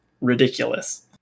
ridiculous